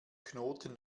knoten